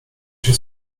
się